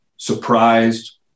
surprised